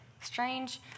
strange